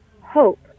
HOPE